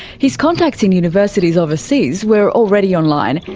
his contacts in universities overseas were already online,